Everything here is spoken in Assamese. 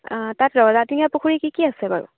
তাত ৰজাদিনীয়া পুখুৰী কি কি আছে বাৰু